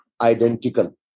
identical